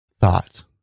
thought